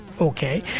Okay